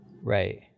right